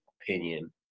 opinion